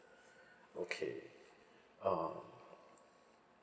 okay uh